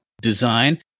design